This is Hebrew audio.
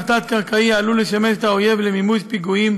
תת-קרקעי העלול לשמש את האויב למימוש פיגועים